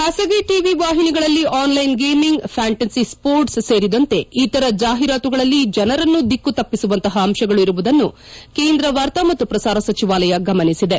ಖಾಸಗಿ ಟವಿ ವಾಹಿನಿಗಳಲ್ಲಿ online gaming fantasy sports ಸೇರಿದಂತೆ ಇತರ ಜಾಹೀರಾತುಗಳಲ್ಲಿ ಜನರನ್ನು ದಿಕ್ಕು ತಪ್ಪಿಸುವಂತಹ ಅಂಶಗಳು ಇರುವುದನ್ನು ಕೇಂದ್ರ ವಾರ್ತಾ ಮತ್ತು ಪ್ರಸಾರ ಸಚಿವಾಲಯ ಗಮನಿಸಿದೆ